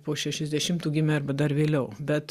po šešiasdešimtų gimę arba dar vėliau bet